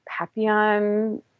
Papillon